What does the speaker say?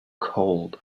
cold